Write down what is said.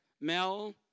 Mel